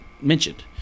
mentioned